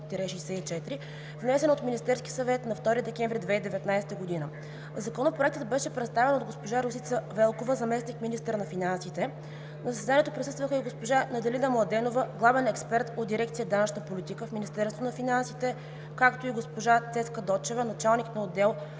внесен от Министерския съвет на 2 декември 2019 г. Законопроектът беше представен от госпожа Росица Велкова – заместник-министър на финансите. На заседанието присъстваха и госпожа Надалина Младенова – главен експерт в дирекция „Данъчна политика“ в Министерството на финансите, както и госпожа Цецка Дочева – началник на отдел